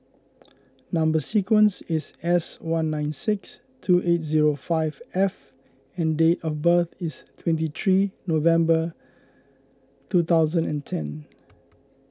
Number Sequence is S one nine six two eight zero five F and date of birth is twenty three November two thousand and ten